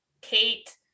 kate